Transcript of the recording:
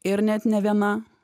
ir net ne viena